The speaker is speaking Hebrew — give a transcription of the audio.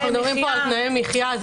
אנחנו מדברים פה על תנאי מחיה.